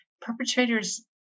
perpetrators